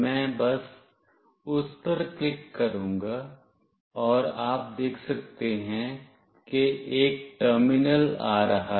मैं बस उस पर क्लिक करूंगा और आप देख सकते हैं कि एक टर्मिनल आ रहा है